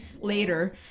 later